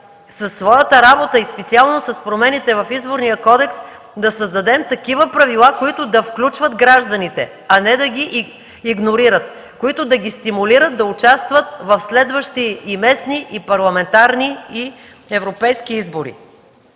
своята работа и специално с промените в Изборния кодекс да създадем такива правила, които да включват гражданите, а не да ги игнорират, които да ги стимулират да участват в следващи и местни, и парламентарни, и европейски избори.